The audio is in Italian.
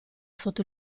sotto